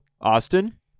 Austin